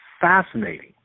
fascinating